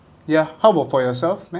ya how about for yourself man